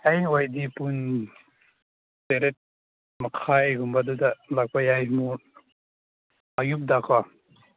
ꯍꯌꯦꯡ ꯑꯣꯏꯔꯗꯤ ꯄꯨꯡ ꯇꯔꯦꯠ ꯃꯈꯥꯏꯒꯨꯝꯕꯗꯨꯗ ꯂꯥꯛꯄ ꯌꯥꯏ ꯃꯌꯨꯝꯇ ꯀꯣ